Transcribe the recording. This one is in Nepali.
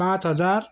पाँच हजार